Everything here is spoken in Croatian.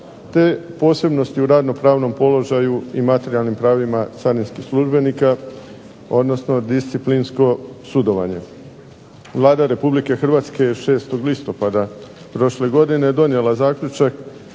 te posebnosti u radno-pravnom položaju i materijalnim pravima carinskih službenika, odnosno disciplinsko sudovanje. Vlada Republike Hrvatske je 6. listopada prošle godine donijela zaključak